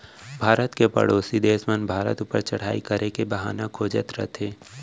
भारत के परोसी देस मन भारत ऊपर चढ़ाई करे के बहाना खोजत रथें